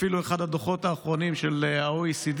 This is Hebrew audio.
אפילו אחד הדוחות האחרונים של ה-OECD